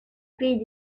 pays